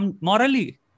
morally